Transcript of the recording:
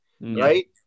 right